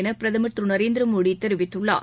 எனபிரதமர் திருநரேந்திரமோடிதெரிவித்துள்ளார்